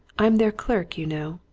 i'm their clerk, you know,